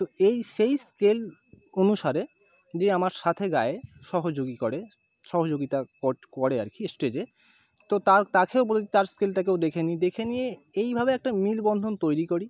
তো এই সেই স্কেল অনুসারে যে আমার সাথে গায় সহযোগী করে সহযোগিতা ওঠ করে আর কি স্টেজে তো তার তাকেও বলে দিই তার স্কেলটাকেও দেখে নিই দেখে নিয়ে এইভাবে একটা মেলবন্ধন তৈরি করি